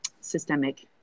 systemic